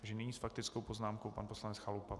Nyní s faktickou poznámkou pan poslanec Chalupa.